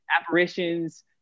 apparitions